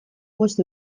bost